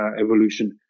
evolution